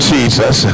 Jesus